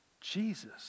Jesus